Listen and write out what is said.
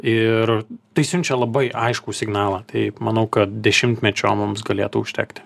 ir tai siunčia labai aiškų signalą taip manau kad dešimtmečio mums galėtų užtekti